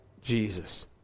Jesus